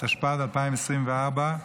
התשפ"ד 2024,